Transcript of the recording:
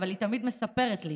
אבל היא תמיד מספרת לי